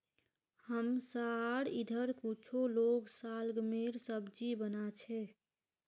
हमसार इधर कुछू लोग शलगमेर सब्जी बना छेक